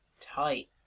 tight